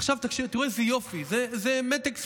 עכשיו תראו איזה יופי, זה מתק שפתיים,